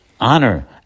honor